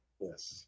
Yes